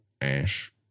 Ash